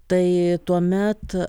tai tuomet